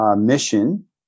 mission